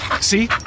See